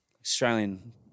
Australian